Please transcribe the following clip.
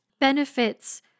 benefits